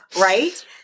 right